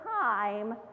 time